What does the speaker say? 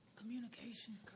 Communication